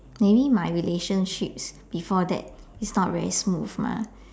maybe my relationships before that is not very smooth mah